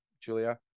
Julia